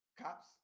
Cops